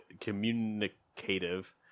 communicative